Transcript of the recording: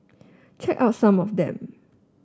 check out some of them